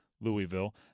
Louisville